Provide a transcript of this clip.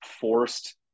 forced